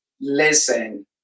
Listen